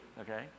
okay